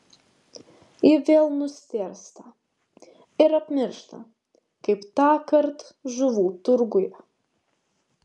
ji vėl nustėrsta ir apmiršta kaip tąkart žuvų turguje